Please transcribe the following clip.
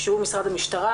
שהוא משרד המשטרה,